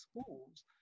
schools